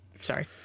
Sorry